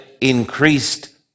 increased